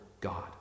God